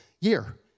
year